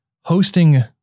hosting